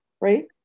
right